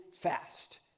fast